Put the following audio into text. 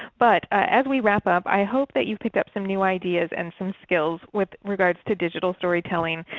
but as we wrap up i hope that you picked up some new ideas and some skills with regards to digital storytelling,